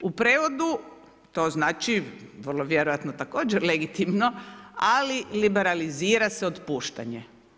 U prijevodu to znači vrlo vjerojatno također legitimno, ali liberalizira se otpuštanje.